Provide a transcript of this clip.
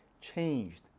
changed